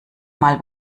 mal